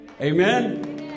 Amen